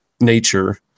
nature